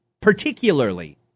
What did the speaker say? particularly